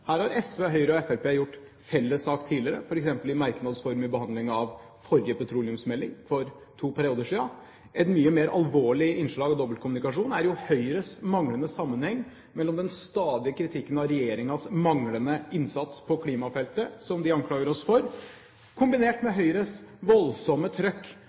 Her har SV, Høyre og Fremskrittspartiet gjort felles sak tidligere, f.eks. i merknads form i behandlingen av forrige petroleumsmelding, for to perioder siden. Et mye mer alvorlig innslag av dobbeltkommunikasjon er jo den manglende sammenheng mellom Høyres stadige kritikk av regjeringens manglende innsats på klimafeltet, som de anklager oss for, og Høyres voldsomme trykk